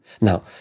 Now